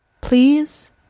Please